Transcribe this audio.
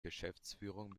geschäftsführung